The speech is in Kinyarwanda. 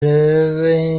urebe